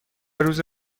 روز